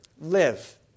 live